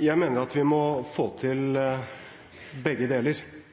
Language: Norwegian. Jeg mener at vi må få til begge deler